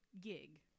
gig